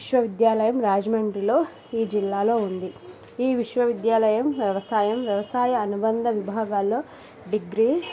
విశ్వవిద్యాలయం రాజమండ్రిలో ఈ జిల్లాలో ఉంది ఈ విశ్వవిద్యాలయం వ్యవసాయం వ్యవసాయ అనుబంధ విభాగాలలో డిగ్రీ